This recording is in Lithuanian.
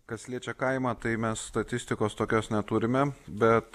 kas liečia kaimą tai mes statistikos tokios neturime bet